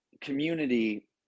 community